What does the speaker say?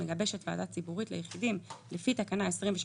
שמגבשת ועדה ציבורית ליחידים לפי תקנה 23